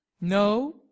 No